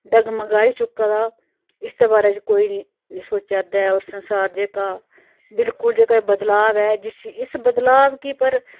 डगमगाई चुका दा इसदे बारे च कोई नी सोचै दा होर संसार जेह्का बिलकुल जेह्का बदलाव ऐ जिसी इस बदलाव गी पर